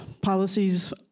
policies